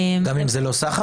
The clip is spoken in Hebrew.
גם אם זה לא סחר?